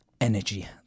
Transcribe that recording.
energy